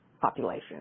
population